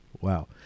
wow